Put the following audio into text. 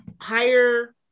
higher